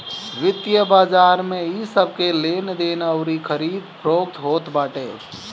वित्तीय बाजार में इ सबके लेनदेन अउरी खरीद फोक्त होत बाटे